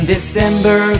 December